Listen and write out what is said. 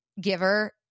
giver